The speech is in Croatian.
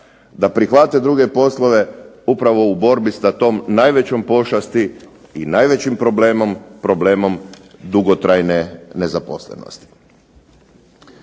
da prihvate druge poslove upravo u borbi sa tom najvećom pošasti i najvećim problemom, problemom dugotrajne nezaposlenosti.